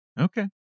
okay